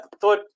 thought